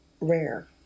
rare